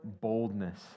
boldness